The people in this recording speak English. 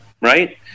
Right